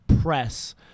press